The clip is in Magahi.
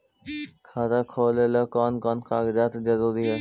खाता खोलें ला कोन कोन कागजात जरूरी है?